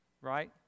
right